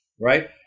right